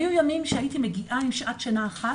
היו ימים שהייתי מגיעה עם שעת שינה אחת,